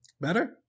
better